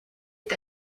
est